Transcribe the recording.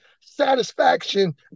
satisfaction